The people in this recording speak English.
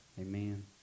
Amen